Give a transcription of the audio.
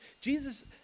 Jesus